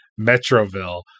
Metroville